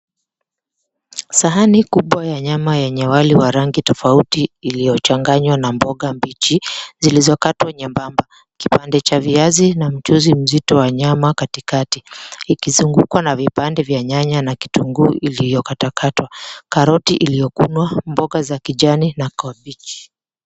Sahani kubwa ya nyama yenye wali wa rangi tofauti ilio changanywa na mboga mbichi zilizo katwa nyembamba. Kipande cha viazi na mchuzi mzito wa nyama katikati ikizungukwa na vipande vya nyanya na kitungu iliyokatwakatwa, karoti iliokunwa, mboga za kijani na kabichi.